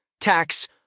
tax